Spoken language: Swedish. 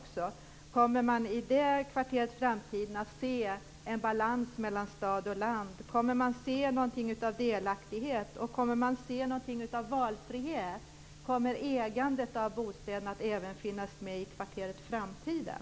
Kommer man i kvarteret Framtiden att se en balans mellan stad och land? Kommer man att se delaktighet och valfrihet? Kommer ägande av bostäder att även finnas med när det gäller kvarteret Framtiden?